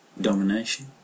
domination